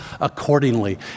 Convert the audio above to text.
accordingly